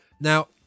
Now